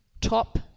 top